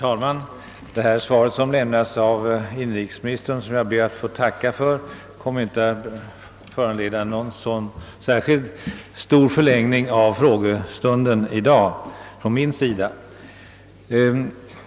Herr talman! Det svar, som lämnades av inrikesministern och som jag ber att få tacka för, kommer inte att från min sida föranleda någon stärskilt stor förlängning av frågestunden i dag.